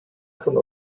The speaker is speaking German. von